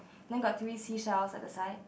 then got three sea shell at the side